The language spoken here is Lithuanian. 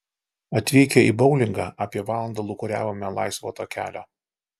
atvykę į boulingą apie valandą lūkuriavome laisvo takelio